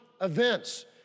events